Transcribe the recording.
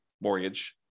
mortgage